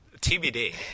TBD